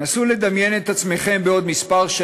נסו לדמיין את עצמכם בעוד שנים מספר,